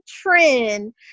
trend